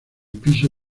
piso